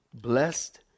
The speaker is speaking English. blessed